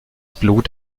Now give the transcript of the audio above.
blut